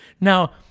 Now